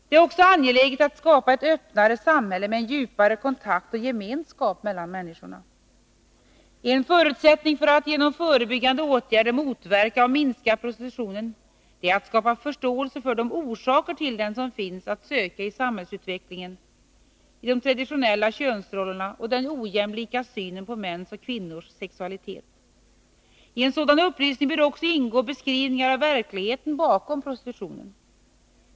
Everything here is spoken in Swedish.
Det är också angeläget att ett öppnare samhälle skapas med en djupare kontakt och gemenskap mellan människorna. En förutsättning för att man genom förebyggande åtgärder skall kunna motverka och minska prostitutionen är att man skapar förståelse för de orsaker till prostitutionen som finns att söka i samhällsutvecklingen, i de traditionella könsrollerna och den ojämlika synen på mäns och kvinnors sexualitet. I en sådan upplysning bör också ingå beskrivningar av verkligheten bakom prostitutionen.